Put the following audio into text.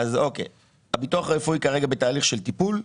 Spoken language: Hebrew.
אז הביטוח הרפואי כרגע בתהליך של טיפול,